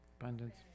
Abundance